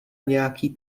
nějaký